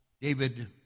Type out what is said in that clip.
David